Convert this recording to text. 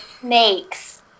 snake's